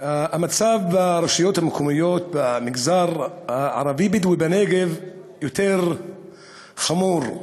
המצב ברשויות המקומיות במגזר הערבי-בדואי בנגב יותר חמור,